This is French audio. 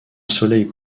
soleil